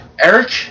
Eric